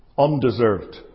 undeserved